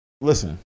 Listen